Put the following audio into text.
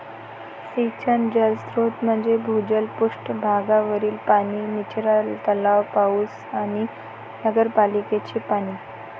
सिंचन जलस्रोत म्हणजे भूजल, पृष्ठ भागावरील पाणी, निचरा तलाव, पाऊस आणि नगरपालिकेचे पाणी